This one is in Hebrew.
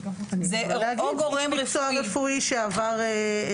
זה או גורם רפואי שעבר,